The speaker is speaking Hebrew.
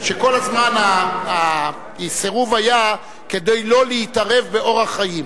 כל הזמן הסירוב היה כדי שלא להתערב באורח חיים.